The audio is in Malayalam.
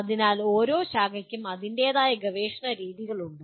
അതിനാൽ ഓരോ ശാഖയ്ക്കും അതിന്റേതായ ഗവേഷണ രീതികളുണ്ട്